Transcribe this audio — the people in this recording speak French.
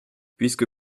puisque